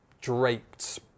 draped